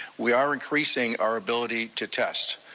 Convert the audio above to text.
we are increasing our ability to test.